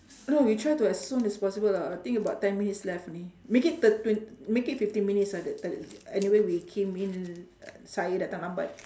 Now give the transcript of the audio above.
no we try to as soon as possible lah I think about ten minutes left only make it thir~ twenty make it fifteen minutes ah the t~ anyway we came in l~ uh saya datang lambat